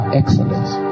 excellence